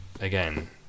Again